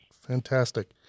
Fantastic